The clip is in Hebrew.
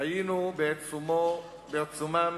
היינו בעיצומם